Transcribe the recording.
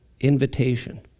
invitation